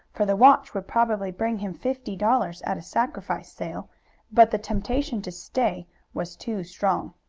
for the watch would probably bring him fifty dollars at a sacrifice sale but the temptation to stay was too strong.